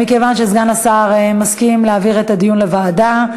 מכיוון שסגן השר מסכים להעביר את הדיון לוועדה,